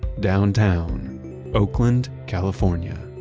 downtown oakland, california.